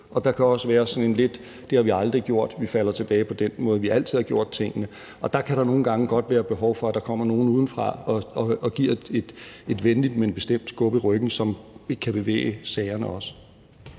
og der kan også være sådan lidt: Det har vi aldrig gjort; vi falder tilbage til den måde, vi altid har gjort tingene på. Dér kan der nogle gange godt være behov for, at der kommer nogen udefra og giver et venligt, men bestemt skub i ryggen i forhold til at få